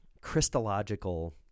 Christological